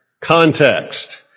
context